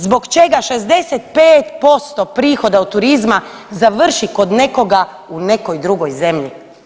Zbog čega 65% prihoda od turizma završi kod nekoga u nekoj drugoj zemlji.